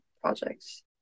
projects